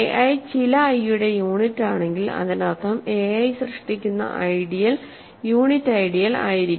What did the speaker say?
Ai ചില i യുടെ യൂണിറ്റാണെങ്കിൽ അതിനർത്ഥം ai സൃഷ്ടിക്കുന്ന ഐഡിയൽ യൂണിറ്റ് ഐഡിയൽ ആയിരിക്കും